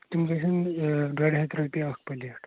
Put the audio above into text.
تِم گژھن ڈۄڈِ ہَتھِ رۄپیہِ اَکھ پَلیٹ